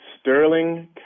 Sterling